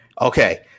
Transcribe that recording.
Okay